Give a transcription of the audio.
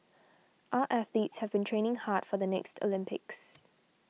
our athletes have been training hard for the next Olympics